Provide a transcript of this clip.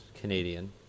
Canadian